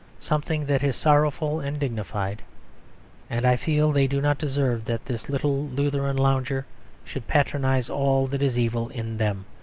something that is sorrowful and dignified and i feel they do not deserve that this little lutheran lounger should patronise all that is evil in them,